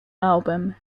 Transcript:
album